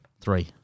three